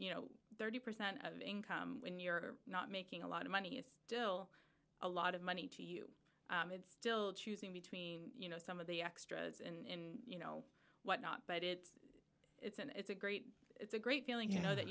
you know thirty percent of income when you're not making a lot of money is still a lot of money to you it's still choosing between you know some of the extras and you know what not but it is and it's a great it's a great feeling to know that